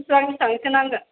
बेसेबां बेसेबांसो नांगोन